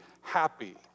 happy